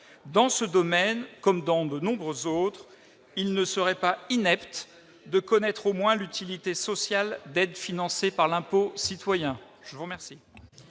Dans ce domaine comme dans de nombreux autres, il ne serait pas inepte, au moins, de connaître l'utilité sociale d'aides financées par l'impôt citoyen.